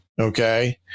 okay